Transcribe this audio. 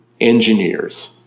engineers